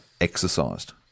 exercised